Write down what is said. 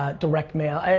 ah direct mail.